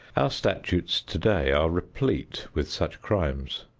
our statutes today are replete with such crimes,